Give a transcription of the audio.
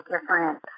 different